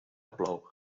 plou